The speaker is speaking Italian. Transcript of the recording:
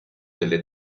delle